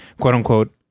quote-unquote